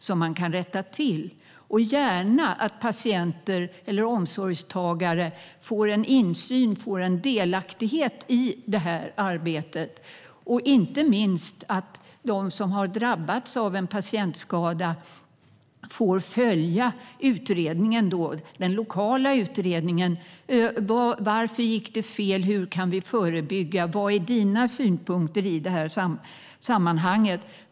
Det får gärna bli så att patienter och omsorgstagare får en insyn och en delaktighet i arbetet. Inte minst är det viktigt att de som har drabbats av en patientskada får följa den lokala utredningen: Varför gick det fel? Hur kan vi förebygga? Vad är dina synpunkter i sammanhanget?